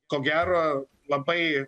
ko gero labai